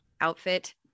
outfit